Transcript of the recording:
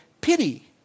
pity